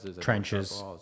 Trenches